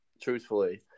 truthfully